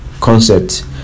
concept